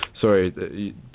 Sorry